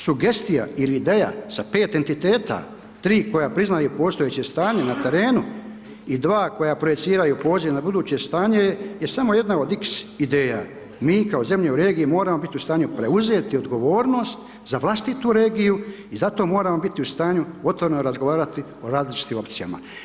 Sugestija il ideja sa 5 entiteta, 3 koja priznaju postojeće stanje na terenu i 2 koja projeciraju poziv na buduće stanje je samo jedna od „x“ ideja, mi kao zemlja u regiji moramo bit u stanju preuzeti odgovornost za vlastitu regiju i zato moramo biti u stanju otvoreno razgovarati o različitim opcijama.